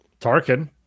Tarkin